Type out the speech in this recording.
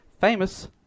famous